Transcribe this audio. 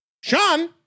Sean